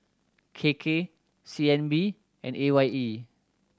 K K C N B and A Y E